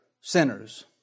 sinners